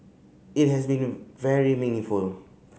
it has been very meaningful